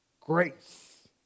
grace